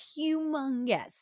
humongous